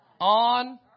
on